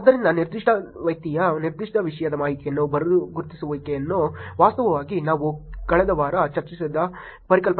ಆದ್ದರಿಂದ ನಿರ್ದಿಷ್ಟ ವ್ಯಕ್ತಿಯ ನಿರ್ದಿಷ್ಟ ವಿಷಯದ ಮಾಹಿತಿಯನ್ನು ಮರು ಗುರುತಿಸುವುದು ವಾಸ್ತವವಾಗಿ ನಾವು ಕಳೆದ ವಾರ ಚರ್ಚಿಸಿದ ಪರಿಕಲ್ಪನೆಯಾಗಿದೆ